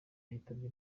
yitabye